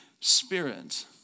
Spirit